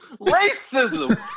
Racism